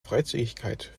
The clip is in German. freizügigkeit